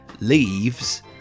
leaves